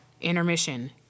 intermission